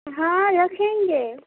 ہاں رکھیں گے